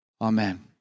Amen